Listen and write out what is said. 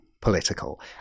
political